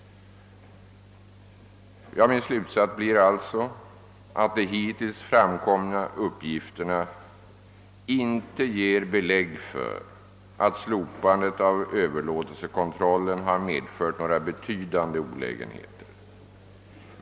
Hittills framkomna uppgifter ger således inte belägg för att slopandet av överlåtelsekontrollen medfört några betydande olägenheter.